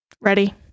ready